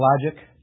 logic